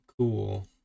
cool